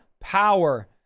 power